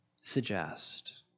suggest